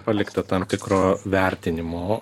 palikta tam tikro vertinimo